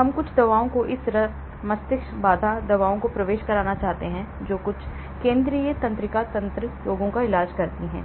हम कुछ दवाओं को इस रक्त मस्तिष्क बाधा दवाओं का प्रवेश चाहते हैं जो कुछ केंद्रीय तंत्रिका तंत्र रोगों का इलाज करती हैं